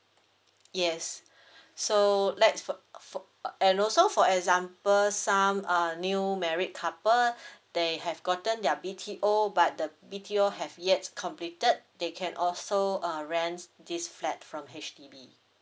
yes so lets fo~ fo~ uh and also for example some err new married couple they have gotten their B_T_O but the B_T_O have yet completed they can also uh rent this flat from H_D_B